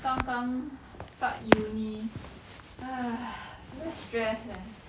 刚刚 s~ start uni !hais! very stress eh